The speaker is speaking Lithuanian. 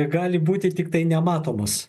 gali būti tiktai nematomos